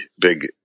big